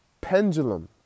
pendulum